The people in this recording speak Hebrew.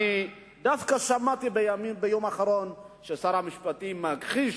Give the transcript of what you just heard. דווקא שמעתי ביום האחרון ששר המשפטים מכחיש